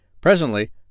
Presently